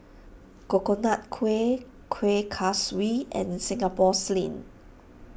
Coconut Kuih Kuih Kaswi and Singapore Sling